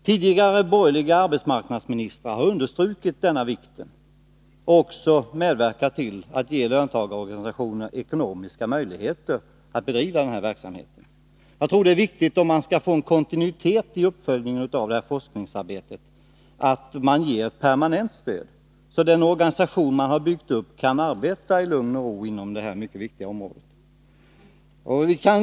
Tidigare borgerliga arbetsmarknadsministrar har understrukit betydelsen av detta och också medverkat till att ge löntagarorganisationerna ekonomiska möjligheter att bedriva en sådan verksamhet. Jagtror att det är viktigt att ge ett permanent stöd så att man får kontinuitet i uppföljningen av forskningsarbetet och den organisation som byggts upp kan arbeta i lugn och ro inom detta mycket viktiga område.